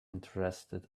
interested